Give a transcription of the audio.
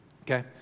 Okay